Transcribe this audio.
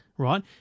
Right